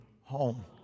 Home